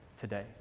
today